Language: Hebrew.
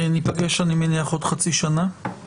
אני מניח שניפגש עוד חצי שנה.